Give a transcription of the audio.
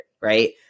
right